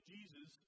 Jesus